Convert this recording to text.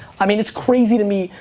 i mean, it's crazy to me,